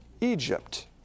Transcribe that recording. Egypt